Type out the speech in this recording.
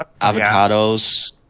avocados